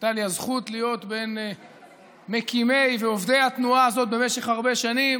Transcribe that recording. שהייתה לי הזכות להיות בין מקימי ועובדי התנועה הזאת במשך הרבה שנים,